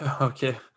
Okay